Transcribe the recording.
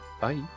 Bye